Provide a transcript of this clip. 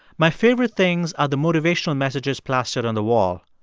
my favorite things are the motivational messages plastered on the wall.